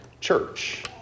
church